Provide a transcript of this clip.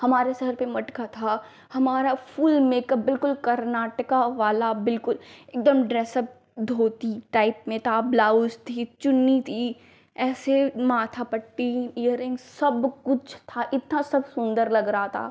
हमारे रिर पर मटका था हमारा फुल मेक़अप बिल्कुल कर्नाटक वाला बिल्कुल एकदम ड्रेसअप धोती टाइप में था ब्लाउज थी चुन्नी थी ऐसे माथापट्टी इयर रिंग्स सबकुछ था इतना सब सुन्दर लग रहा था